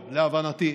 היום, להבנתי,